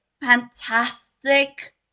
fantastic